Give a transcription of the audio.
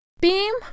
beam